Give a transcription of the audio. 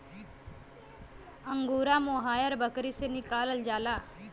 angora mohair बकरी से निकालल जाला